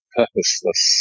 purposeless